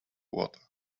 water